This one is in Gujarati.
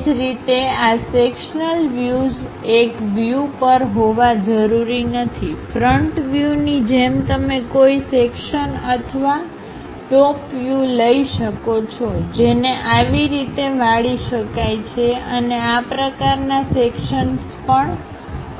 એ જ રીતે આ સેક્શનલ વ્યુઝએક વ્યુપર હોવા જરૂરી નથીફ્રન્ટ વ્યૂ ની જેમ તમે કોઈ સેક્શનઅથવા ટોપ વ્યુલઈ શકો છો જેને આવી રીતે વાળી શકાય છે અને આ પ્રકારનાં સેક્શન્સ પણ